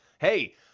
Hey